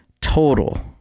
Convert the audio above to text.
total